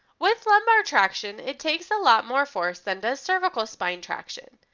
with lumbar traction, it takes a lot more force than the cervical spine traction.